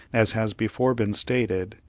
as has before been stated,